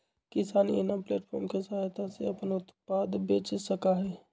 किसान इनाम प्लेटफार्म के सहायता से अपन उत्पाद बेच सका हई